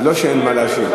לא שאין מה להשיב.